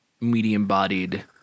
medium-bodied